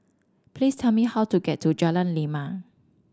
please tell me how to get to Jalan Lima